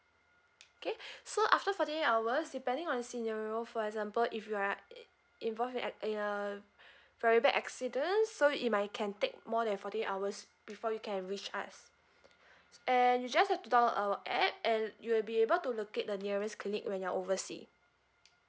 K so after forty eight hours depending on scenario for example if you are i~ involved in at in a very bad accident so it might can take more than forty eight hours before you can reach us and you just have to download our app and you will be able to locate the nearest clinic when you're oversea